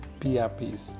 PRPs